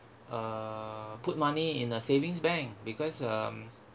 uh put money in a savings bank because um